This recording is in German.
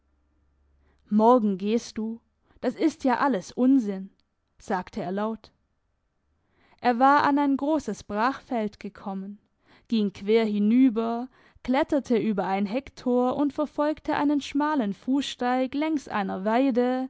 morgen gehst du das ist ja alles unsinn sagte er laut er war an ein grosses brachfeld gekommen ging quer hinüber kletterte über ein hecktor und verfolgte einen schmalen fusssteig längs einer weide